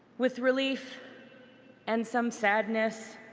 with relief and some sadness,